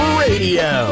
radio